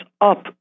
up